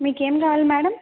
మీకు ఏమి కావాలి మేడం